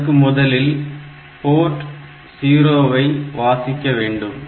அதற்கு முதலில் போர்ட் 0 ஐ வாசிக்க வேண்டும்